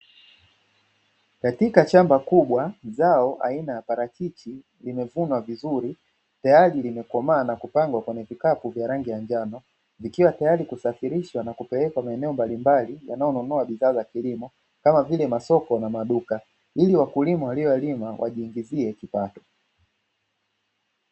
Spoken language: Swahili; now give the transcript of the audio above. Katika shamba kubwa, zao aina ya parachichi limevunwa vizuri tayari limekomaa na kupangwa kwenye vikapu vya rangi ya njano, ikiwa tayari kusafirishwa na kupelekwa maeneo mbalimbali yanayonunua bidhaa za kilimo kama vile masoko na maduka ili wakulima waliolima wajiingizie kipato.